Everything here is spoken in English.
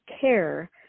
care